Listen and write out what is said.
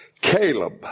Caleb